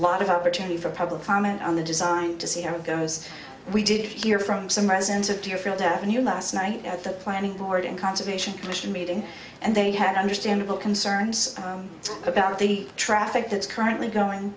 lot of opportunity for public comment on the design to see how it goes we did hear from some residents of deerfield avenue last night at the planning board and conservation commission meeting and they had understandable concerns about the traffic that's currently going